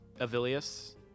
Avilius